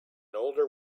older